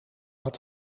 had